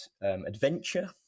adventure